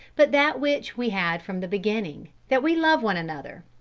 but that which we had from the beginning, that we love one another.